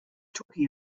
talking